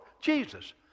Jesus